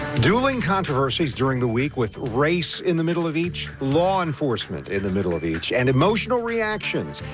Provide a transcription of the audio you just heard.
dualing controversies during the week with race in the middle of each. law enforcement in the middle of each, and emotional reactions.